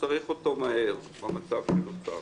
וצריך אותו מהר במצב שנוצר.